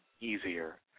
easier